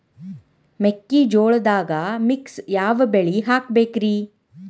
ಮೆಕ್ಕಿಜೋಳದಾಗಾ ಮಿಕ್ಸ್ ಯಾವ ಬೆಳಿ ಹಾಕಬೇಕ್ರಿ?